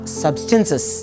substances